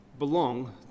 Belong